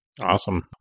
Awesome